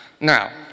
Now